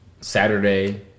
Saturday